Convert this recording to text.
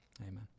amen